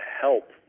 help